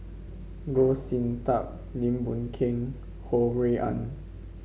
Goh Sin Tub Lim Boon Keng Ho Rui An